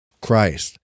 Christ